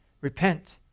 Repent